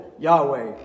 Yahweh